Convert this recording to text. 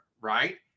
right